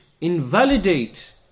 invalidate